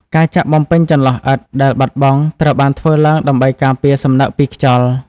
ការចាក់បំពេញចន្លោះឥដ្ឋដែលបាត់បង់ ត្រូវបានធ្វើឡើងដើម្បីការពារសំណឹកពីខ្យល់។